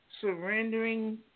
surrendering